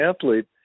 athlete